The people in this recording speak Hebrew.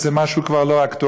זה כבר משהו לא אקטואלי,